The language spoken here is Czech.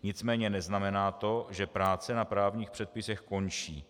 Nicméně neznamená to, že práce na právních předpisech končí.